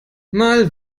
mal